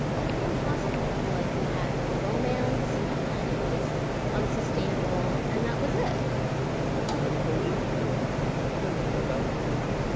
it was impossible, like we had a romance and then it was unsustainable and that was it so then why have you done a whole interview about it? you don't feel that at all.